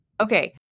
Okay